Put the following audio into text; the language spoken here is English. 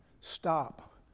stop